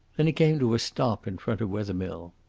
then he came to a stop in front of wethermill.